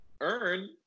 earn